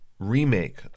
remake